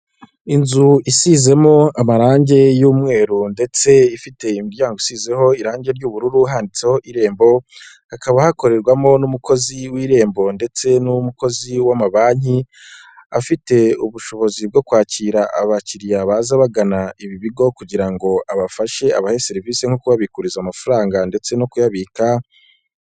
Inzu isizemo amarange y'umweru ndetse ifite imiryango isizeho irange ry'ubururu handitseho irembo. Hakaba hakorerwamo n'umukozi w'irembo ndetse n'umukozi w'amabanki ,afite ubushobozi bwo kwakira abakiriya baza bagana ibi bigo kugira ngo abafashe abahe serivisi nko kubabiguza amafaranga ndetse no kuyabika.